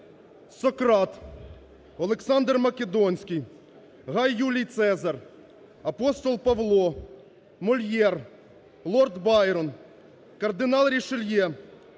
Сократ, Олександр Македонський, Гай Юлій Цезар, апостол Павло, Мольєр, лорд Байрон, кардинал Рішельє,